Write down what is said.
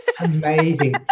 Amazing